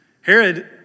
Herod